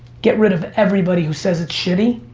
get rid of everybody who says it's shitty,